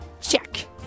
Check